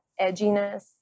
edginess